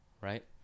right